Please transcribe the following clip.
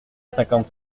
cinquante